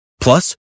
Plus